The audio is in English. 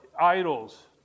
idols